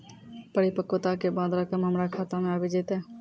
परिपक्वता के बाद रकम हमरा खाता मे आबी जेतै?